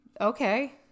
Okay